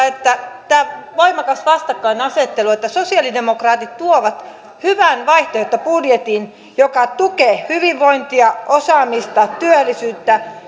että tämä voimakas vastakkainasettelu on hämmästyttävää sosialidemokraatit tuovat hyvän vaihtoehtobudjetin joka tukee hyvinvointia osaamista työllisyyttä